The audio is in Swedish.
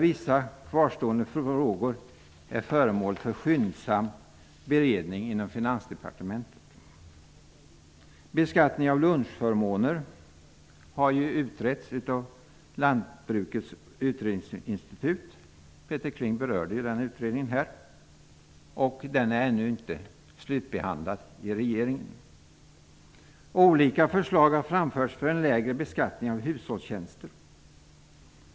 Vissa kvarstående frågor är föremål för skyndsam beredning inom Finansdepartementet. Det gäller vidare beskattning av lunchförmåner, vilket har utretts av Lantbrukets utredningsinstitut. Peter Kling berörde ju den utredningen här, och den är ännu inte slutbehandlad i regeringen. Olika förslag har framförts om lägre beskattning av hushållstjänster.